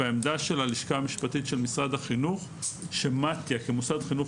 והעמדה של הלשכה המשפטית של משרד החינוך הוא שמתי"א כמוסד חינוך